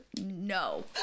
no